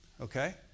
Okay